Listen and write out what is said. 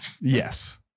Yes